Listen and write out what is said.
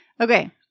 Okay